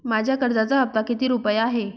माझ्या कर्जाचा हफ्ता किती रुपये आहे?